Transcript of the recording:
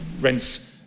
rents